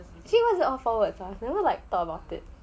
actually why is it all four words ah never thought about it